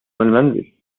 المنزل